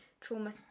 trauma